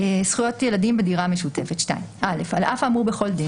זכויות ילדים בדירה המשותפת 2. (א) על אף האמור בכל דין,